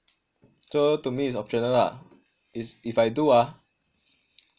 so to me it's optional lah if if I do ah